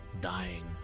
dying